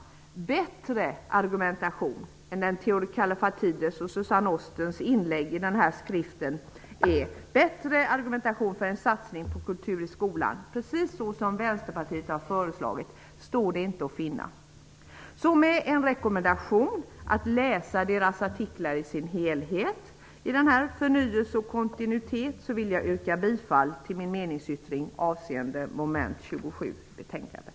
Bättre argumentation än Theodor Kallifatides och Suzanne Ostens inlägg i den här skriften för en satsning på kultur i skolan, precis som Vänsterpartiet har föreslagit, står inte att finna. Med en rekommendation om att läsa artiklarna i dess helhet i skriften Förnyelse och kontinuitet vill jag yrka bifall till min meningsyttring avseende mom. 27 i betänkandet.